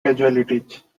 casualties